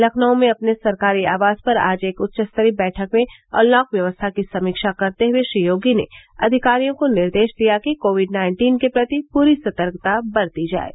लखनऊ में अपने सरकारी आवास पर आज एक उच्चस्तरीय बैठक में अनलॉक व्यवस्था की समीक्षा करते हुए श्री योगी ने अधिकारियों को निर्देश दिया कि कोविड नाइन्टीन के प्रति पूरी सतर्कता बरती जाये